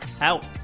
out